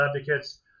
advocates